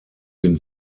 den